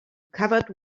covered